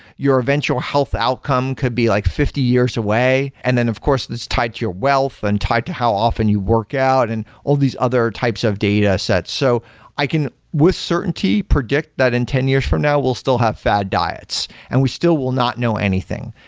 your eventual health outcome could be like fifty years away. and then of course this is tied to your wealth and tied to how often you workout and all these other types of datasets. so i can, with certainty, certainty, predict that in ten years from now we'll still have fad diets, and we still will not know anything.